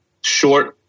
Short